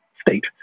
state